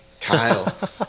Kyle